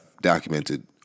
documented